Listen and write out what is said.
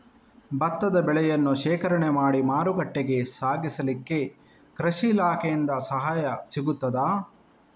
ಭತ್ತದ ಬೆಳೆಯನ್ನು ಶೇಖರಣೆ ಮಾಡಿ ಮಾರುಕಟ್ಟೆಗೆ ಸಾಗಿಸಲಿಕ್ಕೆ ಕೃಷಿ ಇಲಾಖೆಯಿಂದ ಸಹಾಯ ಸಿಗುತ್ತದಾ?